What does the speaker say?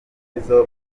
nizzo